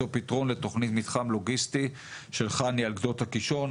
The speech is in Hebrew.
פתרון לתוכנית מתחם לוגיסטי של חנ"י על גדות הקישון,